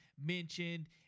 mentioned